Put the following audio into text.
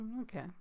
okay